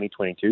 2022